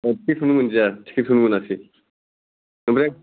हाबनोखौनो मोनदिया टिकेटखौनो मोनासै आमफ्राय